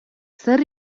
zer